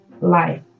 life